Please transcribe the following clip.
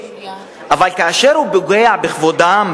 והבעיה לא באה מצד משרד התחבורה,